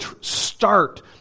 start